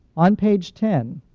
on page ten,